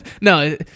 No